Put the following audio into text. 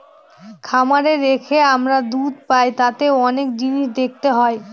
খামারে রেখে আমরা দুধ পাই তাতে অনেক জিনিস দেখতে হয়